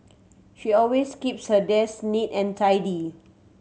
she always keeps her desk neat and tidy